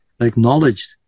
acknowledged